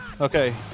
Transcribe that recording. Okay